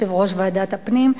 יושב-ראש ועדת הפנים,